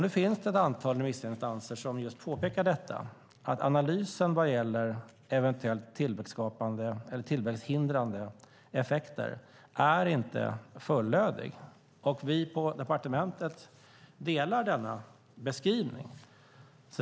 Det finns ett antal remissinstanser som påpekar just detta, att analysen vad gäller eventuella tillväxthindrande effekter inte är fullödig. Vi på departementet delar den beskrivningen.